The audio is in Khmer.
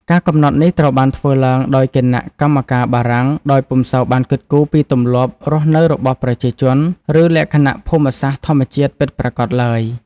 ការកំណត់នេះត្រូវបានធ្វើឡើងដោយគណៈកម្មការបារាំង ដោយពុំសូវបានគិតគូរពីទម្លាប់រស់នៅរបស់ប្រជាជន ឬលក្ខណៈភូមិសាស្ត្រធម្មជាតិពិតប្រាកដឡើយ។